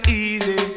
easy